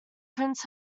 prince